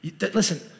Listen